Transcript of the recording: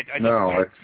No